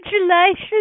Congratulations